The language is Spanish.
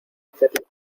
hacerlo